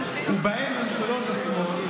ובהן ממשלות השמאל,